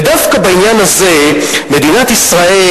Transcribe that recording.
ודווקא בעניין הזה מדינת ישראל,